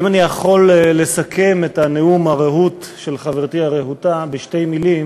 אם אני יכול לסכם את הנאום הרהוט של חברתי הרהוטה בשתי מילים,